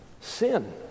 sin